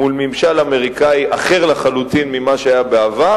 מול ממשל אמריקני אחר לחלוטין ממה שהיה בעבר,